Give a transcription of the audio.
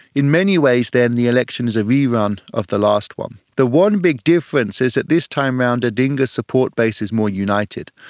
in many ways then the election is a rerun of the last one. the one big difference is that this time round odinga's support base is more united.